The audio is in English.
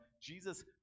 Jesus